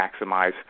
maximize